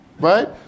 right